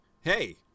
hey